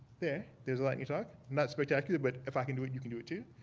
there, there's a lightning talk. not spectacular, but if i can do it you can do it too.